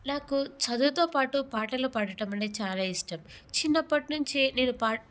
నాకు చదువుతోపాటు పాటలు పాడటం అంటే చాలా ఇష్టం చిన్నప్పట్నుంచి నేను పాట్